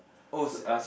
oh c~